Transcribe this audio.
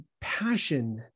passion